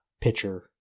pitcher